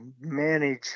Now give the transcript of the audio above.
manage